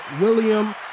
William